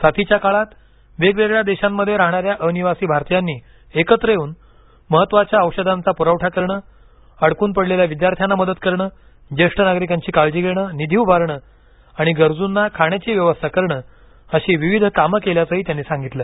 साथीच्या काळात वेगवेगळ्या देशांमध्ये राहणाऱ्या अनिवासी भारतीयांनी एकत्र येऊन महत्त्वाच्या औषधांचा प्रवठा करणं अडकून पडलेले विद्यार्थ्यांना मदत करणं ज्येष्ठ नागरिकांची काळजी घेणं निधी उभारणं आणि गरजूंना खाण्याची व्यवस्था करणं अशी विविध कामं केल्याचंही त्यांनी सांगितलं